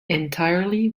entirely